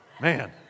Man